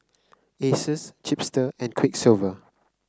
Asus Chipster and Quiksilver